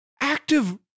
active